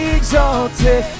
exalted